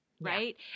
right